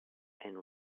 and